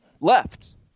left